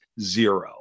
zero